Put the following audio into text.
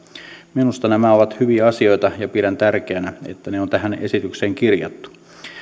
minusta nämä ovat hyviä asioita ja pidän tärkeänä että ne on tähän esitykseen kirjattu